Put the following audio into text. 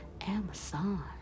Amazon